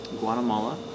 Guatemala